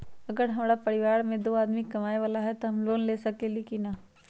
अगर हमरा परिवार में दो आदमी कमाये वाला है त हम लोन ले सकेली की न?